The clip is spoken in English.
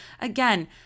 again